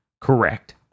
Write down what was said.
correct